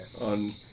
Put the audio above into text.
On